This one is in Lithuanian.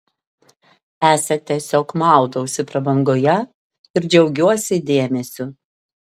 esą tiesiog maudausi prabangoje ir džiaugiuosi dėmesiu